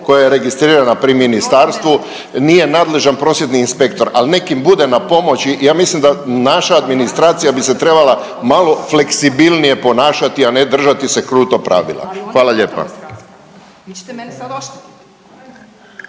koja je registrirana pri ministarstvu nije nadležan prosvjetni inspektor, ali nek' im bude na pomoći. Ja mislim da bi se naša administracija trebala malo fleksibilnije ponašati, a ne držati se kruto pravila. Hvala lijepa.